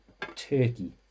Turkey